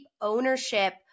ownership